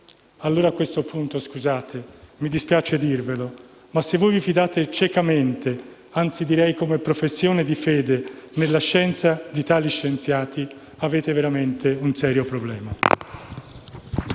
A questo punto mi spiace dirvelo, ma se vi fidate ciecamente - anzi, direi come professione di fede - della scienza di tali scienziati, avete veramente un serio problema.